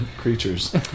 creatures